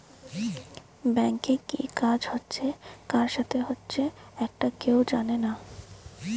ব্যাংকে কি কাজ হচ্ছে কার সাথে হচ্চে একটা কেউ জানে না